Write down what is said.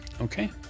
Okay